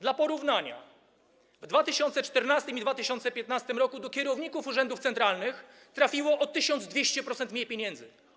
Dla porównania w 2014 r. i 2015 r. do kierowników urzędów centralnych trafiło o 1200% mniej pieniędzy.